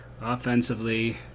Offensively